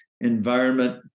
environment